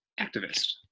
activist